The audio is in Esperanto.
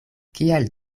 kial